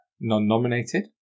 non-nominated